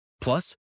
Plus